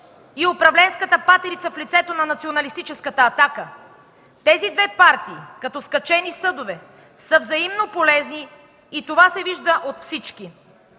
и управленската патерица в лицето на националистическата „Атака“. Тези две партии, като скачени съдове, са взаимно полезни и това се вижда от всички.